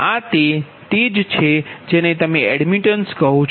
તેથી આ તે જ છે જેને તમે એડમિટેન્સ કહો છો